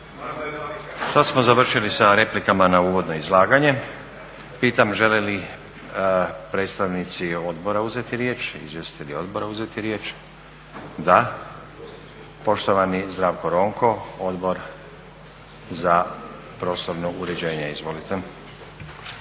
Sad smo završili sa replikama na uvodno izlaganje. Pitam žele li predstavnici odbora uzeti riječ, izvjestitelji odbora uzeti riječ? Da. Poštovani Zdravko Ronko, Odbor za prostorno uređenje. Izvolite.